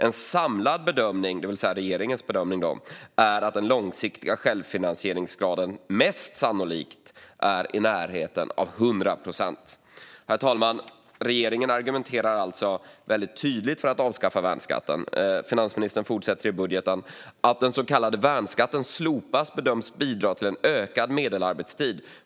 En samlad bedömning är att den långsiktiga självfinansieringsgraden mest sannolikt är i närheten av 100 procent." Den samlade bedömningen är alltså regeringens bedömning. Herr talman! Regeringen argumenterar tydligt för att avskaffa värnskatten. Finansministern fortsätter i budgeten: att "den s.k. värnskatten, slopas bedöms bidra till en ökad medelarbetstid.